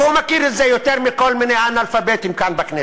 והוא מכיר את זה יותר מכל מיני אנאלפביתים כאן בכנסת,